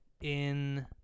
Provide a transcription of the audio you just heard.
in-